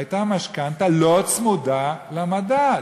היו משכנתה לא צמודה למדד,